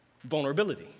Vulnerability